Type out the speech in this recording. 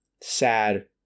sad